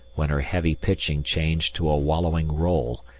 when her heavy pitching changed to a wallowing roll,